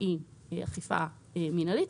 היא אכיפה מינהלית,